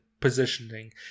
positioning